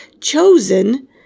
chosen